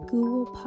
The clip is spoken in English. Google